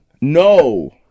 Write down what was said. No